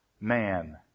man